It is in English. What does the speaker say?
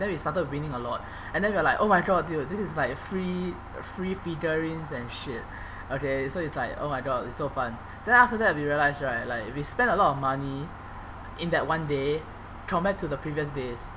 then we started winning a lot and then we were like oh my god dude this is like free free figurines and shit okay so it's like oh my god so fun then after that we realised right like we spent a lot of money in that one day compared to the previous days